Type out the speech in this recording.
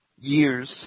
years